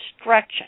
stretching